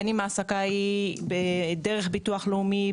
בין אם ההעסקה נעשית דרך ביטוח לאומי,